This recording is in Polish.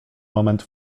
moment